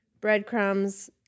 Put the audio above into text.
breadcrumbs